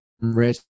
rich